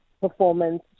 performance